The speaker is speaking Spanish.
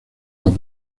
las